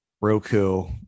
roku